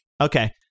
Okay